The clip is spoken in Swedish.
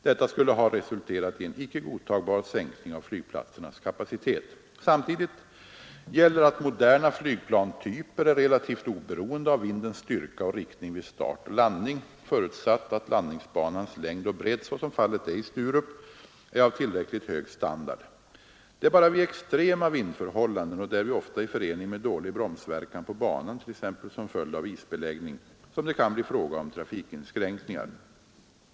Detta skulle ha resulterat i en icke godtagbar sänkning av flygplatsernas kapacitet. Samtidigt gäller att moderna flygplanstyper är relativt oberoende av vindens styrka och riktning vid start och landning, förutsatt att landningsbanans längd och bredd — såsom fallet är i Sturup — är av tillräckligt hög standard. Det är bara vid extrema vindförhållanden och därvid ofta i förening med dålig bromsverkan på banan — t.ex. som följd av isbeläggning — som det kan bli fråga om trafikinskränkningar.